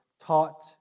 taught